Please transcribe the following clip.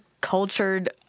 cultured